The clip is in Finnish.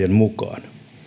mukaan